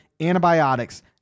antibiotics